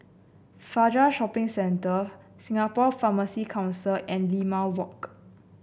Fajar Shopping Center Singapore Pharmacy Council and Limau Walk